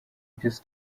byose